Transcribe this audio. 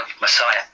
Messiah